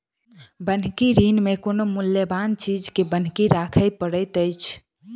बन्हकी ऋण मे कोनो मूल्यबान चीज के बन्हकी राखय पड़ैत छै